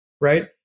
right